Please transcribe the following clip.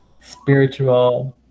spiritual